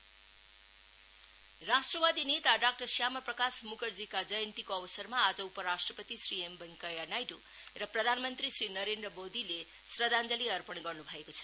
श्यामा प्रसाद मुखर्जी राष्ट्रवादी नेता डाक्टर श्यामा प्रसाद मुखर्जी जयन्तीको अवसरमा आज उप राष्ट्रपति श्री एम भेंकैया नाइडु र प्रधानमन्त्री श्री नरेन्द्र मोदीले श्रद्धाञ्जलि अर्पण गर्नु भएको छ